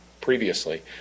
previously